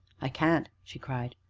i can't! she cried,